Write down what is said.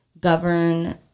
govern